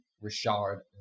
Richard